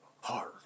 Hard